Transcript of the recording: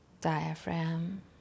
Diaphragm